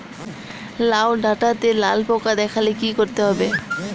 লাউ ডাটাতে লাল পোকা দেখালে কি করতে হবে?